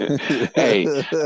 Hey